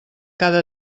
cada